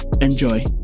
Enjoy